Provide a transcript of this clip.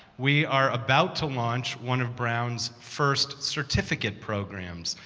we are about to launch one of brown's first certificate programs.